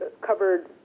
covered